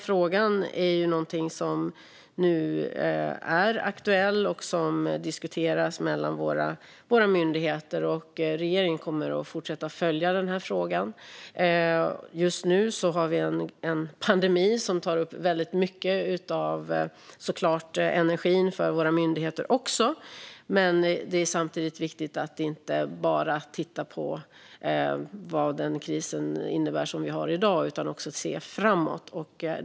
Frågan är aktuell och diskuteras mellan våra myndigheter. Regeringen kommer att fortsätta följa den här frågan. Just nu har vi en pandemi som tar upp mycket av våra myndigheters energi, men det är samtidigt viktigt att inte bara titta på vad krisen som vi har i dag innebär utan att också se framåt.